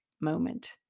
moment